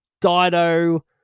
Dido